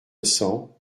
cents